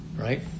Right